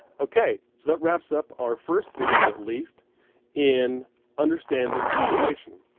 okay, so that wraps up our first video at least in understanding correlation.